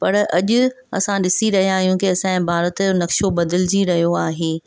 पर अॼु असां ॾिसी रहिया आहियूं कि असांजो भारत जो नक्शो बदलिजी रहियो आहे